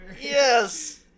Yes